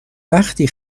وقتی